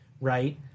right